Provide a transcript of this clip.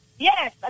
Yes